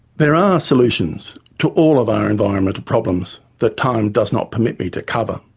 there are solutions to all of our environmental problems that time does not permit me to cover